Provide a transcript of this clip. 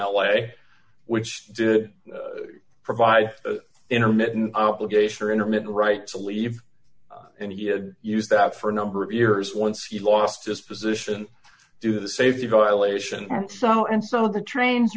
a which did provide intermittent obligation or intermittent right to leave and he had used that for a number of years once he lost his position due to the safety violations so and so the trains